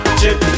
chip